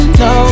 no